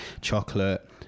Chocolate